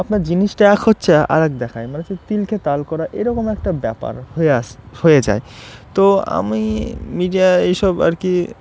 আপনার জিনিসটা এক হচ্ছে আর এক দেখায় মানে হচ্ছে তিলকে তাল করা এরকম একটা ব্যাপার হয়ে আস হয়ে যায় তো আমি মিডিয়া এইসব আর কি